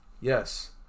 Yes